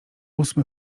ósmy